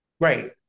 Right